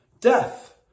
death